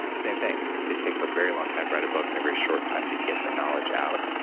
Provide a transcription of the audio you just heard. same thing, it it takes a very long time to write a book and a very short time to get the knowledge out.